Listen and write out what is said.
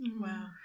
Wow